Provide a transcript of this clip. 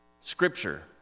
Scripture